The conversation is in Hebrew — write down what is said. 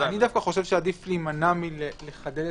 אני חושב שעדיף להימנע מחידוד